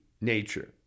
nature